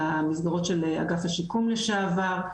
למסגרות של אגף השיקום לשעבר,